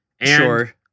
Sure